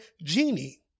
genie